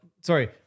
Sorry